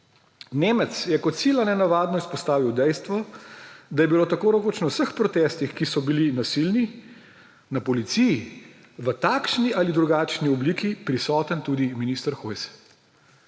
»Nemec je kot sila nenavadno izpostavil dejstvo, da je bil tako rekoč na vseh protestih, ki so bili nasilni, na policiji v takšni ali drugačni obliki prisoten tudi minister Hojs.«